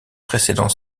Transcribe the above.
précédant